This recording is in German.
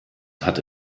hat